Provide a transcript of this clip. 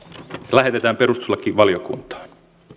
lähetetään perustuslakivaliokuntaan